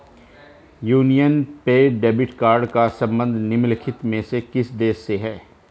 Union Pay debit card का संबंध निम्नलिखित में से किस देश से है?